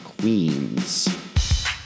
Queens